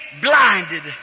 blinded